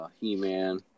He-Man